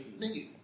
nigga